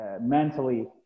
mentally